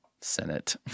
Senate